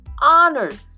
honored